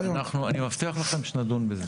אני מבטיח לכם שנדון בזה.